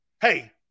Hey